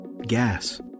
gas